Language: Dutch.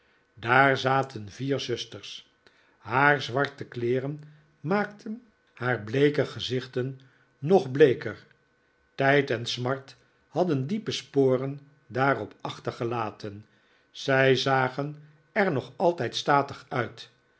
daar zaten vier zusters haar zwarte kleeren maakten haar bleeke gezichten nog bleeker tijd en smart hadden diepe sporen daar op achtergelaten zij zagen er nog altijd statig uit